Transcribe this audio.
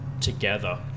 together